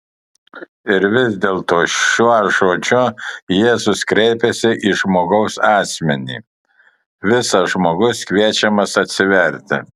ir vis dėlto šiuo žodžiu jėzus kreipiasi į žmogaus asmenį visas žmogus kviečiamas atsiverti